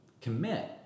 commit